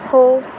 हो